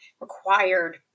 required